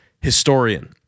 historian